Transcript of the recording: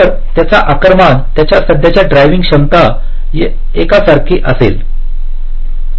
तर त्यांची आकारमान त्यांची सध्याची ड्रायव्हिंग क्षमता एकसारखीच असेल